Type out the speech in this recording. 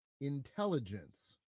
intelligence